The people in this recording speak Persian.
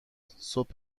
صبح